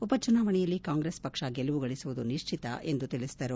ಉಪಚುನಾವಣೆಯಲ್ಲಿ ಕಾಂಗ್ರೆಸ್ ಪಕ್ಷ ಗೆಲುವು ಗಳಿಸುವುದು ನಿಶ್ಚಿತ ಎಂದು ತಿಳಿಸಿದರು